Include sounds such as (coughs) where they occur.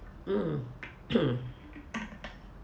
mm (coughs)